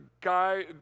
guy